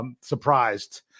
surprised